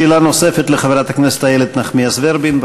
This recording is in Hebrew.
שאלה נוספת לחברת הכנסת איילת נחמיאס ורבין,